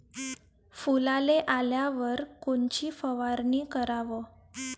फुलाले आल्यावर कोनची फवारनी कराव?